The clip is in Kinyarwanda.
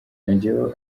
yongeyeko